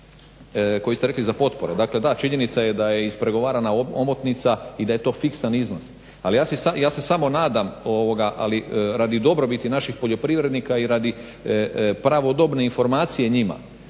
koji ste rekli za potpore, dakle da činjenica je da je ispregovarana omotnica i da je to fiksan iznos. Ali ja se samo nadam radi dobrobiti naših poljoprivrednika i radi pravodobne informacije njima